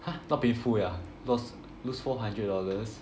!huh! not painful ah lost lose four hundred dollars